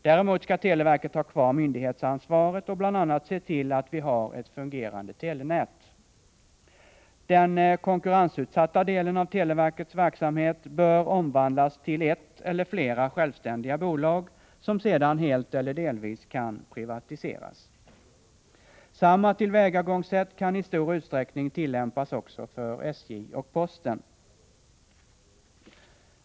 Däremot skall televerket ha kvar myndighetsansvaret och bl.a. se till att vi har ett fungerande telenät. Den konkurrensutsatta delen av televerkets verksamhet bör omvandlas till ett eller flera självständiga bolag, som sedan helt eller delvis kan privatiseras. Samma tillvägagångssätt kan i stor utsträckning tillämpas också för SJ och posten.